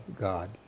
God